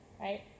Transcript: right